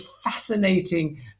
fascinating